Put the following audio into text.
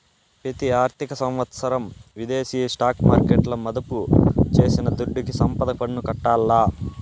పెతి ఆర్థిక సంవత్సరం విదేశీ స్టాక్ మార్కెట్ల మదుపు చేసిన దుడ్డుకి సంపద పన్ను కట్టాల్ల